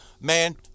man